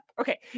Okay